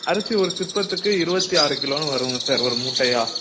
அரிசி ஒரு சிப்பத்துக்கு இருபத்தி ஆறு கிலோன்னு வருங்க சார் ஒரு மூட்டையாக